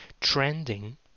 Trending